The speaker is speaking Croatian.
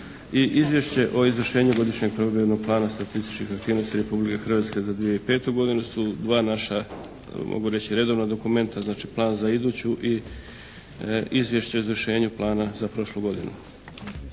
i izvješće o izvršenju Godišnjeg provedbenog plana statističkih aktivnosti Republike Hrvatske za 2005. godinu su dva naša mogu reći redovna dokumenta. Znači plan za iduću i izvješće o izvršenju plana za prošlu godinu.